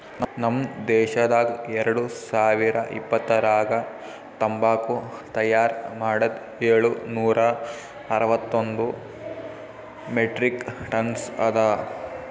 ನಮ್ ದೇಶದಾಗ್ ಎರಡು ಸಾವಿರ ಇಪ್ಪತ್ತರಾಗ ತಂಬಾಕು ತೈಯಾರ್ ಮಾಡದ್ ಏಳು ನೂರಾ ಅರವತ್ತೊಂದು ಮೆಟ್ರಿಕ್ ಟನ್ಸ್ ಅದಾ